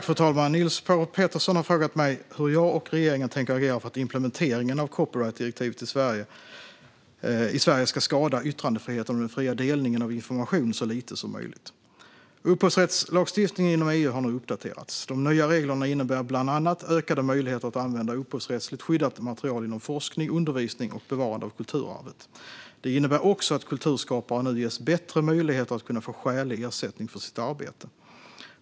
Fru talman! Niels Paarup-Petersen har frågat mig hur jag och regeringen tänker agera för att implementeringen av copyrightdirektivet i Sverige ska skada yttrandefriheten och den fria delningen av information så lite som möjligt. Upphovsrättslagstiftningen inom EU har nu uppdaterats. De nya reglerna innebär bland annat ökade möjligheter att använda upphovsrättsligt skyddat material inom forskning, undervisning och bevarande av kulturarvet. Det innebär också att kulturskapare nu ges bättre möjligheter att få skälig ersättning för sitt arbete.